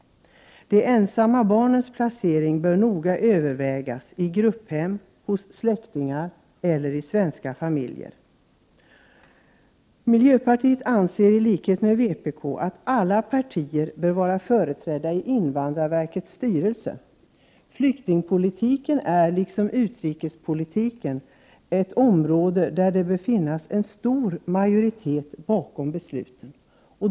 De ensamma barnens placering bör noga övervägas. Man måste ta ställning till om de skall placeras i grupphem, hos släktingar eller i svenska familjer. Vi i miljöpartiet anser i likhet med vpk att alla partier bör vara företrädda i invandrarverkets styrelse. Flyktingpolitiken är liksom utrikespolitiken ett område där det bör finnas en stor majoritet bakom besluten.